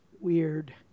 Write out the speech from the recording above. weird